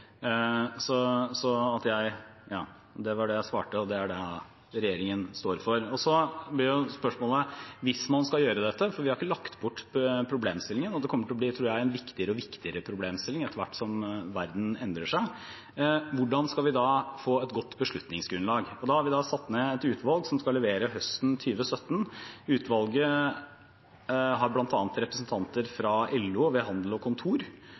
Det var det jeg svarte, og det er det regjeringen står for. Spørsmålet blir: Hvis vi skal gjøre dette – for vi har ikke lagt bort problemstillingen, og jeg tror det kommer til å bli en viktigere og viktigere problemstilling etter hvert som verden endrer seg – hvordan skal vi da få et godt beslutningsgrunnlag? Vi har satt ned et utvalg som skal levere høsten 2017. Utvalget har representanter fra bl.a. LO, ved Handel og Kontor,